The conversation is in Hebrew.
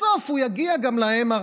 בסוף הוא יגיע גם ל-MRI.